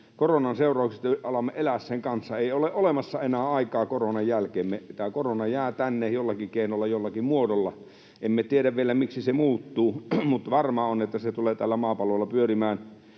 koronan seurauksista ja alamme elää sen kanssa, ei ole olemassa enää aikaa koronan jälkeen. Tämä korona jää tänne jollakin keinolla, jollakin muodolla. Emme tiedä vielä, miksi se muuttuu, mutta varmaa on, että se tulee tällä maapallolla pyörimään